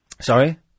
Sorry